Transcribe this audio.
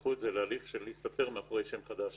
שייקחו אותה להליך של להסתתר מאחורי שם חדש